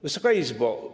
Wysoka Izbo!